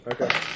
Okay